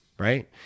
right